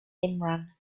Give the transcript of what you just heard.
imran